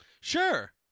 Sure